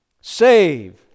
save